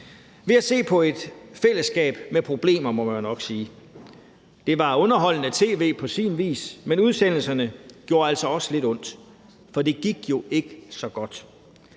ved at se på et fællesskab med problemer, må man jo nok sige. Det var underholdende tv på sin vis, men udsendelserne gjorde altså også lidt ondt, for det gik jo ikke så godt.